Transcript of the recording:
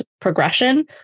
progression